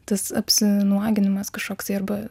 tas apsinuoginimas kažkoksai arba